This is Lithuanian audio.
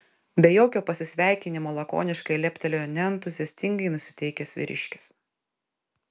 be jokio pasisveikinimo lakoniškai leptelėjo neentuziastingai nusiteikęs vyriškis